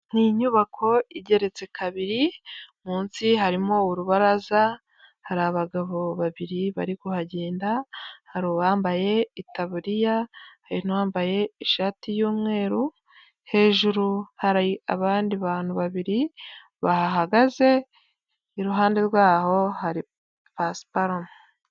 Ni inyubako igeretse kabiri, munsi harimo urubaraza, hari abagabo babiri bari kuhagenda, hari ubambaye itaburiya, hari n'uwambaye ishati y'umweru, hejuru hari abandi bantu babiri bahahagaze iruhande rwaho hari pasiparumu.